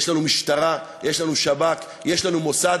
יש לנו משטרה, יש לנו שב"כ, יש לנו מוסד.